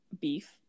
beef